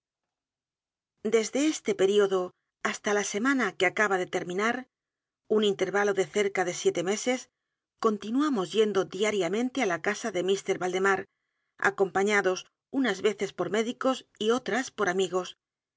desde este período hasta la semana que aeaba dé terminar un intervalo de cerca de siete meses continuamos yendo diariamente á la casa de mr valdemar acompañados unas veces por médicos y otras por a